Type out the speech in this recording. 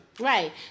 Right